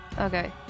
okay